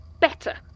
better